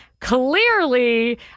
clearly